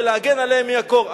ולהגן עליהם מהקור.